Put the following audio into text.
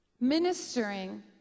ministering